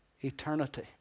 eternity